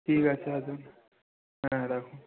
ঠিক আছে আসুন হ্যাঁ রাখুন